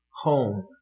home